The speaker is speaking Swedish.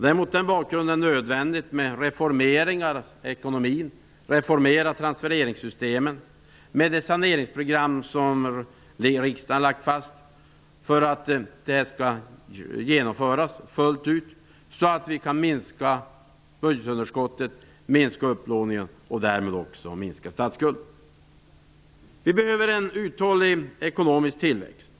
Det är mot den bakgrunden nödvändigt med reformering av ekonomin, av transfereringssystemen, med det saneringsprogram som riksdagen lagt fast skall genomföras fullt ut. På så sätt kan vi minska budgetunderskottet, minska upplåningen och därmed också minska statsskulden. Vi behöver en uthållig ekonomisk tillväxt.